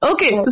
Okay